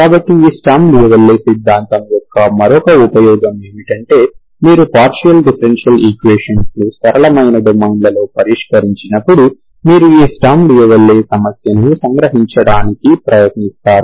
కాబట్టి ఈ Sturm Liouville సిద్ధాంతం యొక్క మరొక ఉపయోగం ఏమిటంటే మీరు పార్షియల్ డిఫరెన్షియల్ ఈక్వేషన్స్ ను సరళమైన డొమైన్లలో పరిష్కరించినప్పుడు మీరు ఈ స్టర్మ్ లియోవిల్లే సమస్యను సంగ్రహించడానికి ప్రయత్నిస్తారు